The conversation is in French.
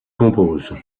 compose